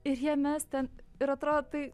ir jie mes ten ir atrodo tai